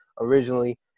originally